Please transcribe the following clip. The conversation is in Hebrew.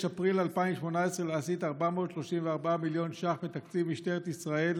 אפריל 2018 להסיט 434 מיליון ש"ח מתקציב משטרת ישראל